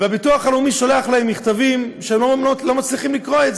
והביטוח הלאומי שולח להם מכתבים שהם לא מצליחים לקרוא.